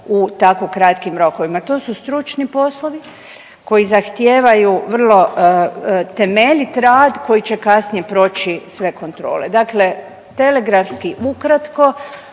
u tako kratkim rokovima. To su stručni poslovi koji zahtijevaju vrlo temeljit rad koji će kasnije proći sve kontrole. Dakle, telegrafski ukratko